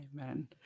Amen